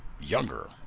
younger